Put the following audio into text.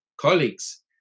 colleagues